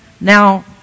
now